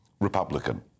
Republican